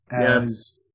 Yes